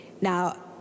now